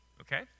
okay